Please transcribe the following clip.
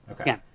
Okay